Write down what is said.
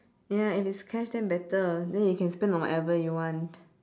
ya if it's cash then better then you can spend on whatever you want